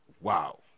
wow